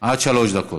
עד שלוש דקות.